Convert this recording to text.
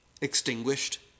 extinguished